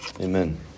Amen